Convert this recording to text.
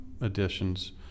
additions